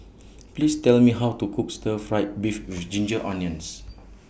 Please Tell Me How to Cook Stir Fry Beef with Ginger Onions